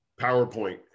PowerPoint